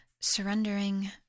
surrendering